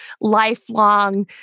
lifelong